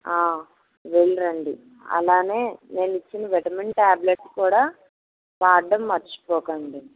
వెళ్ళిరండి అలాగే నేను ఇచ్చిన విటమిన్ టాబ్లెట్స్ కూడా వాడడం మర్చిపోకండి